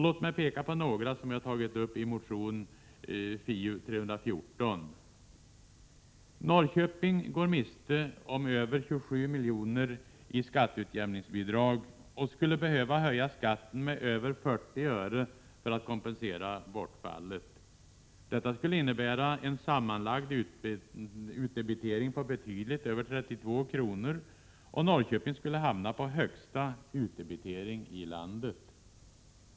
Låt mig peka på några, som jag har tagit upp i motion Fi314. Norrköping går miste om över 27 miljoner i skatteutjämningsbidrag och skulle behöva höja skatten med över 40 öre för att kompensera bortfallet. Detta skulle innebära en sammanlagd utdebitering på betydligt mer än 32 kr., och Norrköping skulle hamna på högsta utdebitering i landet.